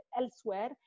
elsewhere